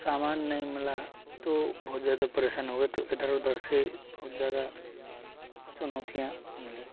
सामान नहीं मिला तो बहुत ज़्यादा परेशान हो गये तो इधर उधर से बहुत ज़्यादा चुनौतियाँ मिली